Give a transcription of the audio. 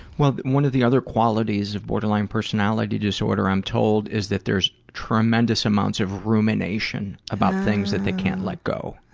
well, one of the other qualities of borderline personality disorder, i'm told, is that there's tremendous amounts of rumination about things that they can't let go.